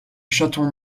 chaton